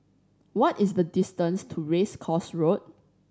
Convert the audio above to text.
what is the distance to Race Course Road